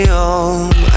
home